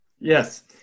Yes